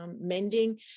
mending